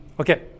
Okay